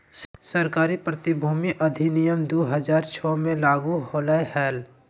सरकारी प्रतिभूति अधिनियम दु हज़ार छो मे लागू होलय हल